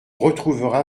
retrouvera